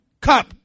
cop